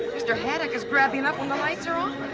mr. haddock is grabby enough when the lights are on.